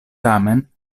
tamen